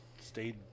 Stayed